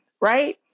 Right